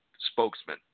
spokesman